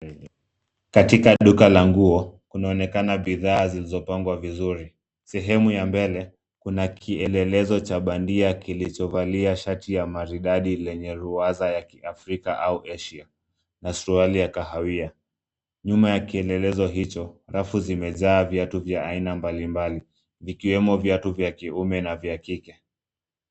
Katika duka la nguo, kunaonekana bidhaa zilizopangwa vizuri. Sehemu ya mbele kuna kielelezo cha bandia kilicho valia shati ya maridadi lenye ruwaza ya kiafrika au asia, na suruali ya kahawia . Nyuma ya kielelezo hicho rafu zimejaa viatu vya aina mbalimbali, vikiwemo viatu vya kiume na kike.